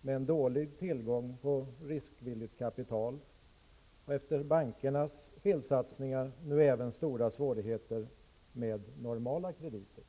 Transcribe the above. med en dålig tillgång på riskvilligt kapital, och efter bankernas felsatsningar nu även stora svårigheter med normala krediter.